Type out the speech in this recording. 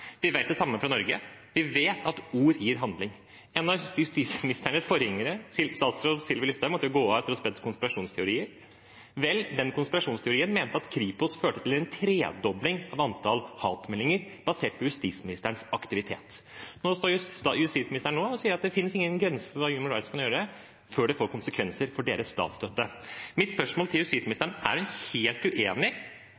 Vi vet det samme fra Norge. Vi vet at ord gir handling. En av justisministerens forgjengere, statsråd Sylvi Listhaug, måtte gå av etter å ha spredd konspirasjonsteorier. Den konspirasjonsteorien mente Kripos førte til en tredobling av antallet hatmeldinger, basert på justisministerens aktivitet. Nå står justisministeren og sier at det ikke finnes noen grense for hva Human Rights Service kan gjøre før det får konsekvenser for deres statsstøtte. Mitt spørsmål til